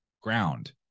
ground